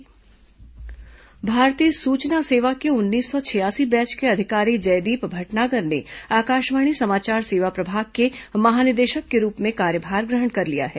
आकाशवाणी समाचार महानिदेशक भारतीय सूचना सेवा के उन्नीस सौ छियासी बैच के अधिकारी जयदीप भटनागर ने आकाशवाणी समाचार सेवा प्रभाग के महानिदेशक के रूप में कार्यभार ग्रहण कर लिया है